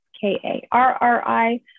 K-A-R-R-I